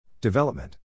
Development